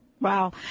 Wow